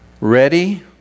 Ready